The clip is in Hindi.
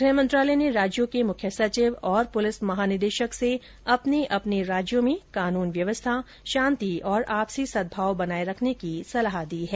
गृह मंत्रालय ने राज्यों के मुख्य सचिव और पुलिस महानिदेशक से अपने अपने राज्यों में कानून व्यवस्था शांति और आपसी सदभाव बनाए रखने की सलाह दी है